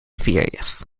furious